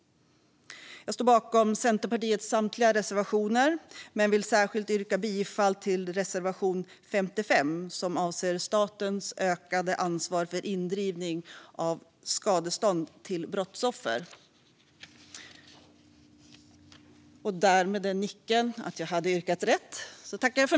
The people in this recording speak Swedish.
Jag står bakom Centerpartiets samtliga reservationer, men jag vill yrka bifall endast till reservation 55 som avser statens ökade ansvar för indrivning av skadestånd till brottsoffer.